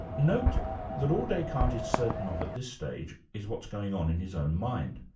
note that all descartes is certain of at this stage is what's going on in his own mind.